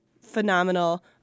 phenomenal